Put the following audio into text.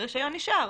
הרישיון נשאר.